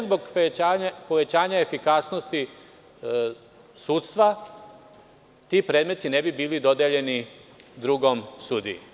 Zbog povećanja efikasnosti sudstva ti predmeti ne bi bili dodeljeni drugom sudiji.